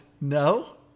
No